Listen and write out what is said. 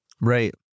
Right